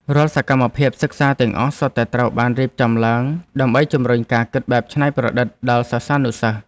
រាល់សកម្មភាពសិក្សាទាំងអស់សុទ្ធតែត្រូវបានរៀបចំឡើងដើម្បីជំរុញការគិតបែបច្នៃប្រឌិតដល់សិស្សានុសិស្ស។